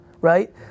right